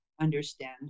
understand